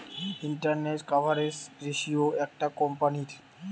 interest coverage ratio একটা কোম্পানীর